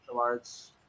arts